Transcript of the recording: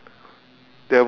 I can think of like